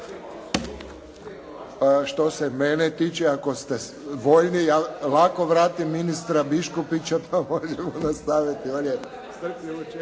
Što se mene tiče ako ste voljni lako vratim ministra Biškupića, pa možemo nastaviti.